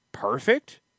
Perfect